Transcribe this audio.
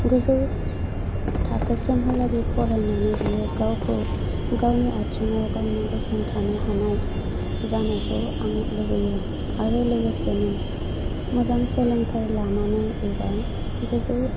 गोजौ थाखोसिमहालागै फरायनानै बियो गावखौ गावनि आथिङाव गावनो गसंथानो हानाय जानायखौ आं लुबैयो आरो लोगोसेनो मोजां सोलोंथाइ लानानै एबा गोजौ